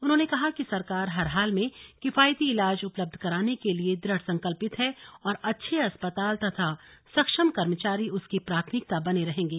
उन्होंने कहा कि सरकार हर हाल में किफायती इलाज उपलब्ध कराने के लिए दृढसंकल्पित हैं और अच्छे अस्पताल तथा सक्षम कर्मचारी उसकी प्राथमिकता बने रहेंगे